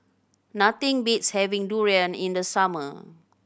nothing beats having durian in the summer